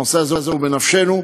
הנושא הזה הוא בנפשנו,